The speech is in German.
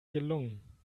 gelungen